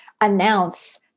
announce